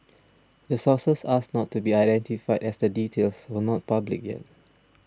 the sources asked not to be identified as the details were not public yet